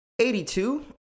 82